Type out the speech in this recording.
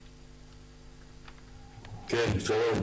בבקשה.